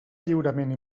lliurament